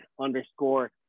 underscore